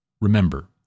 remember